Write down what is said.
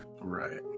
Right